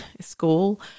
school